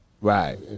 Right